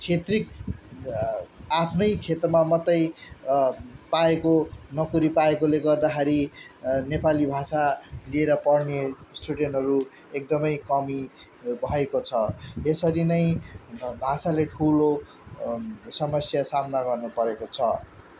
क्षेत्रीक आफ्नै क्षेत्रमा मात्रै पाएको नोकरी पाएकोले गर्दाखेरि नेपाली भाषा लिएर पढ्ने स्टुडेन्टहरू एकदमै कमी भएको यसरी नै भाषाले ठुलो समस्या सामना गर्नुपरेको छ